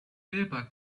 paper